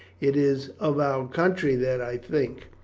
it is of our country that i think.